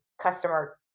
customer